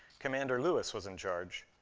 commander lewis was in charge.